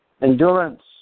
endurance